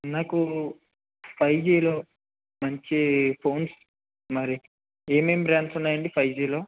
నాకూ ఫైవ్ జీలో మంచి ఫోన్స్ మరి ఏమేం బ్రాండ్స్ ఉన్నాయి అండి ఫైవ్ జీలో